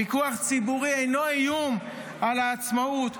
פיקוח ציבורי אינו איום על העצמאות,